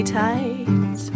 tight